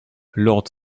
lord